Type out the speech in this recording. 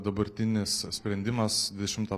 dabartinis sprendimas dvidešimtą